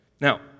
now